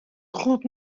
خوب